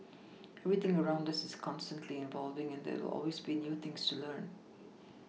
everything around us is constantly evolving and there will always be new things to learn